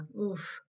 Oof